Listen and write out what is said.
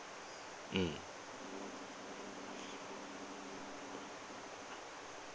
mm